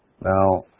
Now